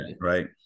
right